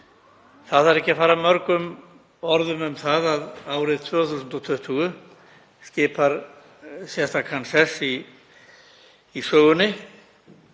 Það þarf ekki að fara mörgum orðum um það að árið 2020 skipar sérstakan sess í sögunni